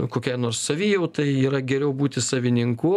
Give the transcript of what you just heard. kokiai nors savijautai yra geriau būti savininku